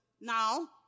now